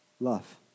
Love